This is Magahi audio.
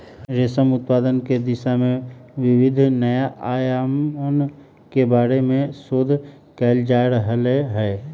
रेशम उत्पादन के दिशा में विविध नया आयामन के बारे में शोध कइल जा रहले है